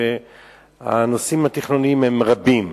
והנושאים התכנוניים הם רבים.